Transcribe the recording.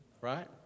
right